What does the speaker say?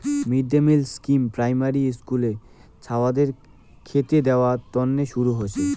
mid day meal scheme primary হিস্কুলের ছাওয়াদের খেতে দেয়ার তন্ন শুরু হসে